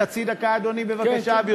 חצי דקה, אדוני, בבקשה.